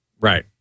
Right